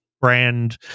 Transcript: brand